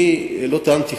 אני לא טענתי,